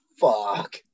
fuck